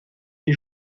est